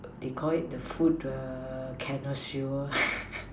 they called it the food the connoisseur